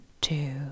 two